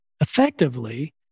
effectively